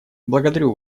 благодарю